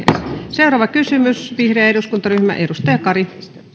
seuraava kysymys vihreä eduskuntaryhmä edustaja kari